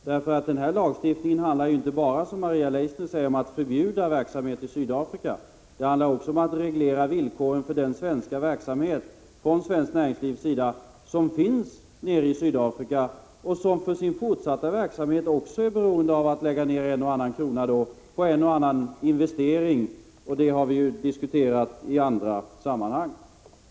Denna lagstiftning handlar ju inte bara om att förbjuda verksamhet i Sydafrika, som Maria Leissner säger, utan också om att reglera villkoren för den verksamhet som bedrivs i Sydafrika av svenskt näringsliv, vilket för sin fortsatta verksamhet också är beroende av att kunna lägga ned en och annan krona på en och annan investering. Det har vi ju diskuterat i andra sammanhang.